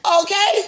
Okay